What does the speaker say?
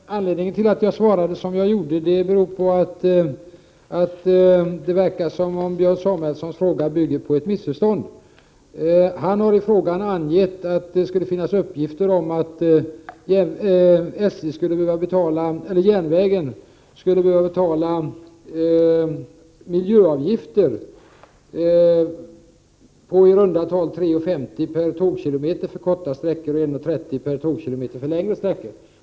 Herr talman! Anledningen till att jag svarade som jag gjorde är att det verkar som om Björn Samuelsons fråga bygger på ett missförstånd. Han har i frågan angett att det skulle finnas uppgifter om att järnvägen skulle behöva betala miljöavgifter på i runda tal 3:50 kr. per tågkilometer för korta sträckor och 1:30 kr. per tågkilometer för längre sträckor.